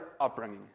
upbringing